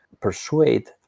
persuade